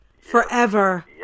Forever